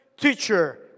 teacher